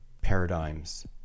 paradigms